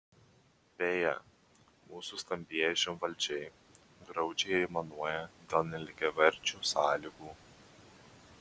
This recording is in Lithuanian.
beje mūsų stambieji žemvaldžiai graudžiai aimanuoja dėl nelygiaverčių sąlygų